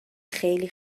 خیلی